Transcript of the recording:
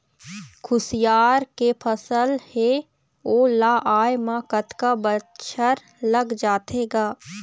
खुसियार के फसल हे ओ ला आय म कतका बछर लग जाथे गा?